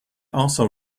also